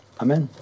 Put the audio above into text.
Amen